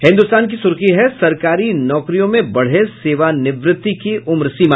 हिन्दुस्तान की सुर्खी है सरकारी नौकरियो में बढ़े सेवानिवृत्ति की उम्र सीमा